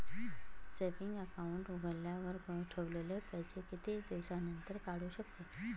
Saving account उघडल्यावर ठेवलेले पैसे किती दिवसानंतर काढू शकतो?